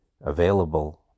available